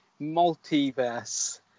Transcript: multiverse